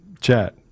chat